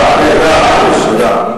תודה, תודה.